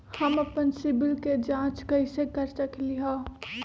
हम अपन सिबिल के जाँच कइसे कर सकली ह?